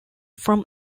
from